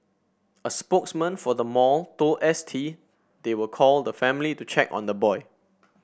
a spokesman for the mall told S T they will call the family to check on the boy